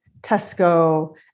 Tesco